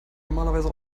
normalerweise